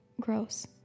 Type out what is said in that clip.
gross